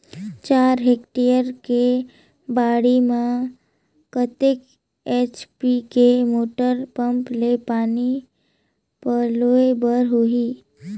चार हेक्टेयर के बाड़ी म कतेक एच.पी के मोटर पम्म ले पानी पलोय बर होही?